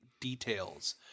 details